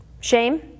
Shame